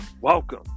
welcome